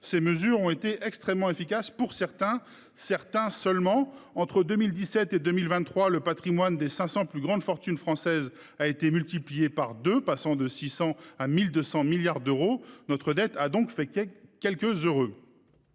l’économie ont été extrêmement efficaces, mais pour certains seulement. Entre 2017 et 2023, le patrimoine des cinq cents plus grandes fortunes françaises a été multiplié par deux, passant de 600 à 1 200 milliards d’euros. Notre dette a donc fait quelques heureux.